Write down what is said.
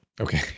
Okay